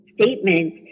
statement